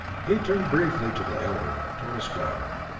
he turned briefly to the elder, tordos gar.